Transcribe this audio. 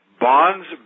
bonds